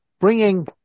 bringing